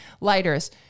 lighters